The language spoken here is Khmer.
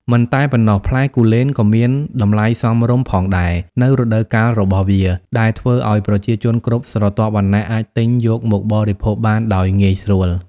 មិនតែប៉ុណ្ណោះ ផ្លែគូលែនក៏មាន តម្លៃសមរម្យ ផងដែរនៅរដូវកាលរបស់វា ដែលធ្វើឲ្យប្រជាជនគ្រប់ស្រទាប់វណ្ណៈអាចទិញយកមកបរិភោគបានដោយងាយស្រួល។